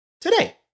today